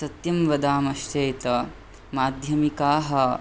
सत्यं वदामः चेत् माध्यमिकाः